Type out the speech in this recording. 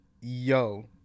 yo